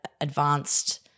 advanced